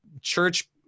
church